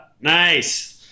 nice